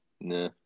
Nah